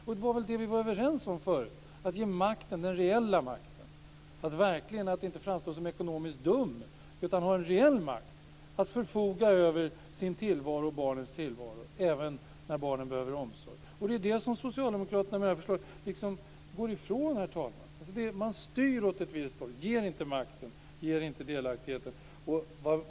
Vi var förut överens om att ge reell makt - så att man inte framstår som ekonomiskt dum utan har en reell makt - att förfoga över sin och sina barns tillvaro även när barnen behöver omsorg. Det är detta som socialdemokraterna, vad jag förstår, går ifrån, herr talman. Man styr åt ett visst håll, ger inte makt och delaktighet.